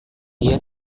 dia